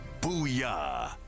Booyah